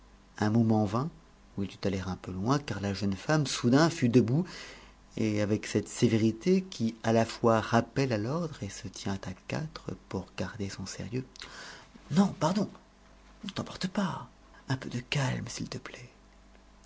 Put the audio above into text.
un moment vint où il dut aller un peu loin car la jeune femme soudain fut debout et avec cette sévérité qui à la fois rappelle à l'ordre et se tient à quatre pour garder son sérieux non pardon ne t'emporte pas un peu de calme s'il te plaît